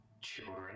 children